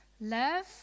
love